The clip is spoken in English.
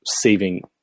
saving